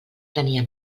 tenia